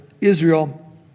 Israel